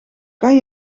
kan